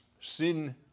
sin